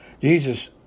Jesus